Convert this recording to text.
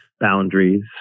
boundaries